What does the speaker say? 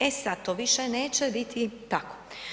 E sad to više neće biti tako.